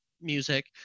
music